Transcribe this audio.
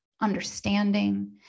understanding